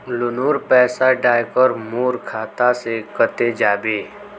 लोनेर पैसा डायरक मोर खाता से कते जाबे?